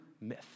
myth